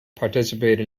participate